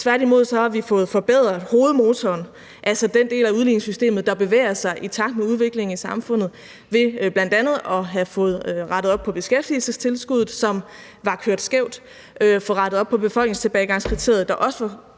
Tværtimod har vi fået forbedret hovedmotoren, altså den del af udligningssystemet, der bevæger sig i takt med udviklingen i samfundet, ved bl.a. at have fået rettet op på beskæftigelsestilskuddet, som var kørt skævt, fået rettet op på befolkningstilbagegangskriteriet, der også var